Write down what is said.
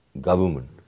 government